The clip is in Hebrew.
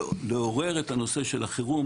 לא התייחסנו לכל המדינות.